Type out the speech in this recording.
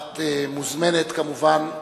את מוזמנת, כמובן,